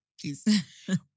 Please